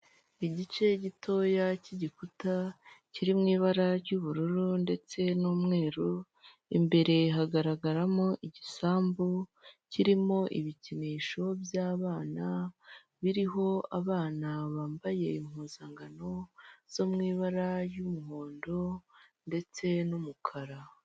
Igice gitoya cy'igikuta kiri mu ibara ry'ubururu ndetse n'umweru, imbere hagaragaramo igisambu kirimo ibikinisho by'abana biriho abana bambaye impuzankano zo mu ibara ry'umuhondo ndetse n'umukara.